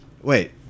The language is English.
Wait